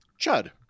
Chud